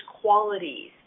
qualities